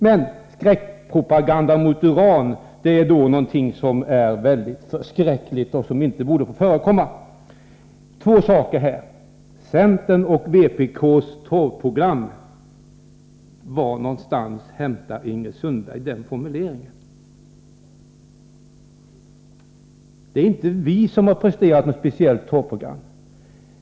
Men skräckpropaganda mot uran är något mycket förskräckligt som inte borde få förekomma. Jag vill säga två saker. Var hämtar Ingrid Sundberg formuleringen centerns och vpk:s torvprogram? Det är inte vi som har presterat något speciellt torvprogram.